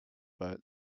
but